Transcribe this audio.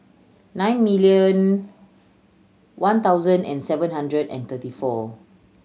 nine million one thousand and seven hundred and thirty four